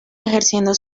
ejerciendo